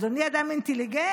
אדוני אדם אינטליגנטי.